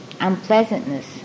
unpleasantness